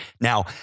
Now